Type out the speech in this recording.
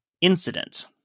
incident